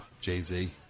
Jay-Z